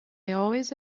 always